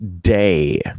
Day